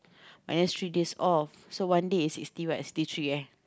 minus three days off so one day is sixty what sixty three eh